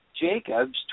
Jacob's